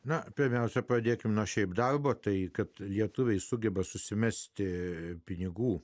na pirmiausia pradėkime nuo šiaip darbo tai kad lietuviai sugeba susimesti pinigų